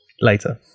later